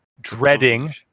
dreading